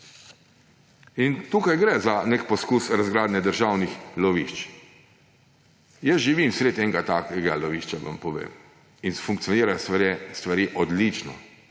In tukaj gre za nek poskus razgradnje državnih lovišč. Jaz živim sredi enega takega lovišča in vam povem, da funkcionirajo stvari odlično.